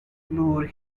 lure